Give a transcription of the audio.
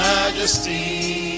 Majesty